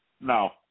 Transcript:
No